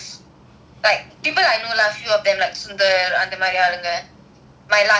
like people I know lah few of them like sundra அந்த மாறி அழுங்க:antha maari alunga my last year batch